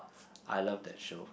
I love that show